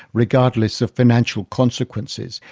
regardless of financial consequences.